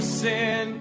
sin